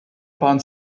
bahn